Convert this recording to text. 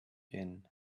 inn